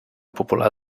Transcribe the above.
popular